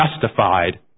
justified